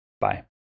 Bye